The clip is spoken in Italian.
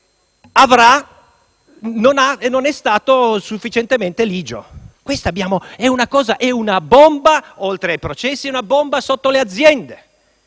non è stato sufficientemente ligio. Questa, oltre ai processi, è una bomba sotto le aziende.